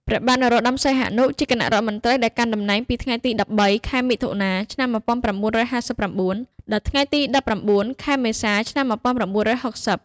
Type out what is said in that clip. ព្រះបាទនរោត្តម សីហនុ ជាគណៈរដ្ឋមន្ត្រីដែលកាន់តំណែងពីថ្ងៃទី ១៣ ខែមិថុនា ឆ្នាំ១៩៥៩ ដល់ថ្ងៃទី ១៩ ខែមេសា ឆ្នាំ១៩៦០។